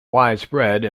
widespread